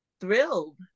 thrilled